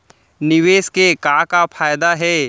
निवेश के का का फयादा हे?